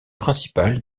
principales